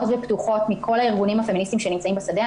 פתוחות מרוב הארגונים הפמיניסטיים שנמצאים בשדה.